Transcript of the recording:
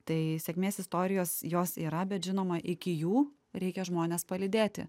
tai sėkmės istorijos jos yra bet žinoma iki jų reikia žmones palydėti